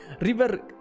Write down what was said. River